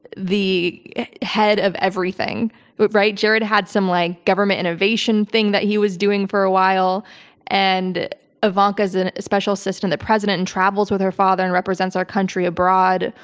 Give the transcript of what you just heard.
head of everything. but right jared had some like government innovation thing that he was doing for a while and ivanka is and a special assistant that president and travels with her father and represents our country abroad,